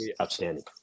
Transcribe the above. Outstanding